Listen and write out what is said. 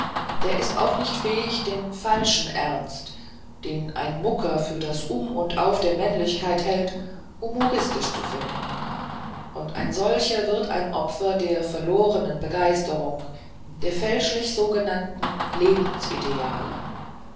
der ist auch nicht fähig den falschen ernst den ein mucker für das um und auf der männlichkeit hält humoristisch zu finden und ein solcher wird ein opfer der verlogenen begeisterungen der fälschlich sogenannten